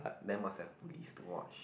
then must have police to watch